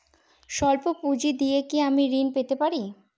সল্প পুঁজি দিয়ে কি আমি ঋণ পেতে পারি?